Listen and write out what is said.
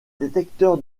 détecteurs